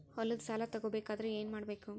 ಹೊಲದ ಸಾಲ ತಗೋಬೇಕಾದ್ರೆ ಏನ್ಮಾಡಬೇಕು?